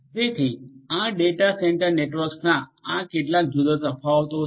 તેથી આ data centre નેટવર્ક્સના આ કેટલાક જુદા જુદા તફાવતો છે